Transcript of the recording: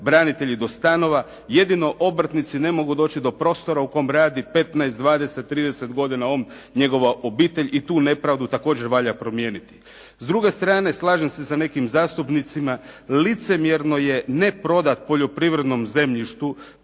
branitelji do stanova, jedino obrtnici ne mogu doći do prostora u kom radi 15, 12, 30 godina on, njegova obitelj i tu nepravdu također valja promijeniti. S druge strane slažem se sa nekim zastupnicima licemjerno je ne prodati poljoprivrednom zemljištu